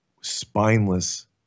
spineless